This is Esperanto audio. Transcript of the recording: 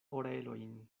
orelojn